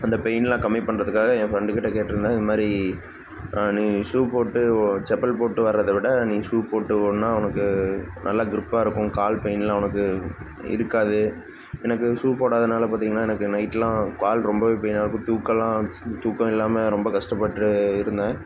அந்த பெயினெல்லாம் கம்மி பண்ணுறதுக்காக என் ஃப்ரெண்டு கிட்டே கேட்டிருந்தேன் இது மாதிரி நீ ஷூ போட்டு ஓ செப்பல் போட்டு வர்றதை விட நீ ஷூ போட்டு ஓடினா உனக்கு நல்லா க்ரிப்பாக இருக்கும் கால் பெயினெல்லாம் உனக்கு இருக்காது எனக்கு ஷூ போடாதனால் பார்த்திங்கனா எனக்கு நைட்டெல்லாம் கால் ரொம்பவே பெயினாக இருக்கும் தூக்கமெல்லாம் தூக்கம் இல்லாமல் ரொம்ப கஷ்டப்பட்டு இருந்தேன்